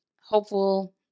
hopeful